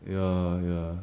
ya ya